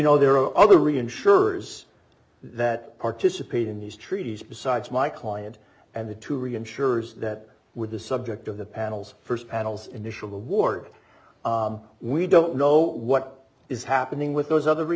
know there are other reinsurers that participate in these treaties besides my client and the two reinsurers that with the subject of the panels st panels initial award we don't know what is happening with those other re